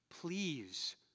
please